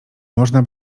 można